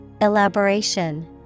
Elaboration